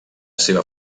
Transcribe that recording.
seva